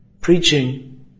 preaching